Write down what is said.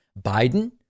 Biden